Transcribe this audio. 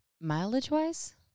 Mileage-wise